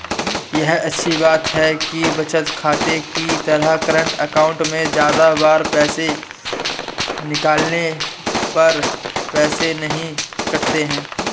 ये अच्छी बात है कि बचत खाते की तरह करंट अकाउंट में ज्यादा बार पैसे निकालने पर पैसे नही कटते है